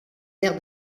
l’air